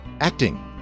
acting